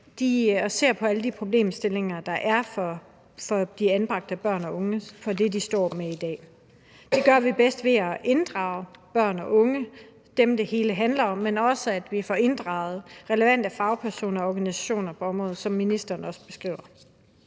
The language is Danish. og ser på alle de problemstillinger, der er for de anbragte børn og unge i forhold til det, de står med i dag. Det gør vi bedst ved at inddrage børn og unge – dem, det hele handler om – men også ved, at vi får inddraget relevante fagpersoner og organisationer på området, hvad ministeren også beskriver.